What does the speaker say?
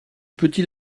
petit